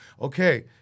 okay